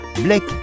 Blake